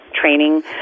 training